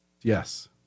Yes